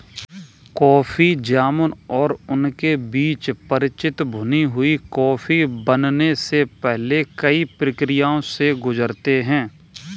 coffee जामुन और उनके बीज परिचित भुनी हुई कॉफी बनने से पहले कई प्रक्रियाओं से गुजरते हैं